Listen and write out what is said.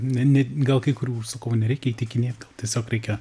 ne ne gal kai kurių užsakovų nereikia įtikinėt gal tiesiog reikia